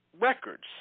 records